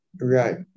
Right